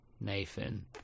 Nathan